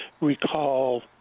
recall